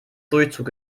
durchzug